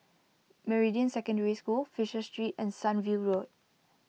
Meridian Secondary School Fisher Street and Sunview Road